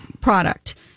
product